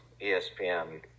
ESPN